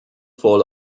fall